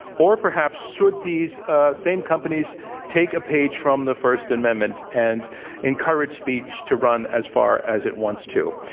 or perhaps should these same companies take a page from the first amendment and encourage speech to run as far as it wants to?